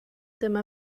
dyma